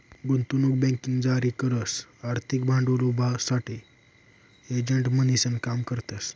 गुंतवणूक बँकिंग जारी करस आर्थिक भांडवल उभारासाठे एजंट म्हणीसन काम करतस